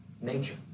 nature